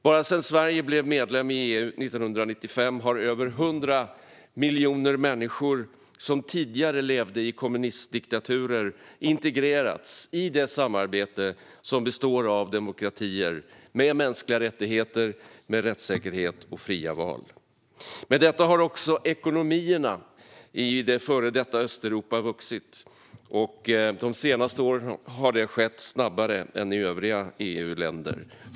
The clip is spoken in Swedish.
Bara sedan Sverige blev medlem i EU 1995 har över 100 miljoner människor som tidigare levde i kommunistdiktaturer integrerats i det samarbete som består av demokratier med mänskliga rättigheter, rättssäkerhet och fria val. Med detta har också ekonomierna i det före detta Östeuropa vuxit. De senaste åren har det skett snabbare än i övriga EU-länder.